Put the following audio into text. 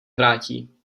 vrátí